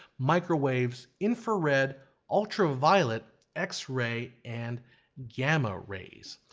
microwaves, infrared, ultraviolet, x-rays and gamma waves.